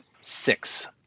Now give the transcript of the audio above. six